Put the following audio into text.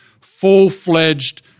full-fledged